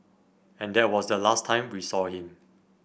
and that was the last time we saw him